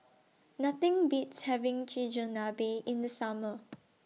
Nothing Beats having Chigenabe in The Summer